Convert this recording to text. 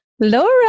Laura